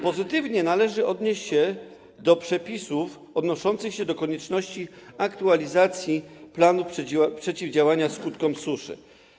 Pozytywnie należy odnieść się do przepisów odnoszących się do konieczności aktualizacji planu przeciwdziałania skutkom suszy.